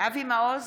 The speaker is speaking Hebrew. אבי מעוז,